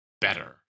better